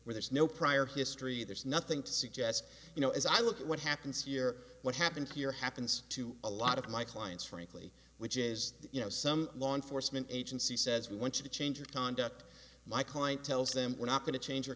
where there's no prior history there's nothing to suggest you know as i look at what happens here what happened here happens to a lot of my clients frankly which is you know some law enforcement agency says we want to change your conduct my client tells them we're not going to change